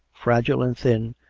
fragile and thin,